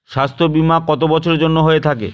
স্বাস্থ্যবীমা কত বছরের জন্য হয়ে থাকে?